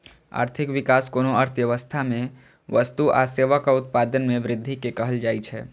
आर्थिक विकास कोनो अर्थव्यवस्था मे वस्तु आ सेवाक उत्पादन मे वृद्धि कें कहल जाइ छै